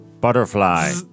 Butterfly